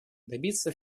добиться